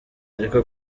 ariko